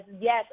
yes